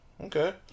okay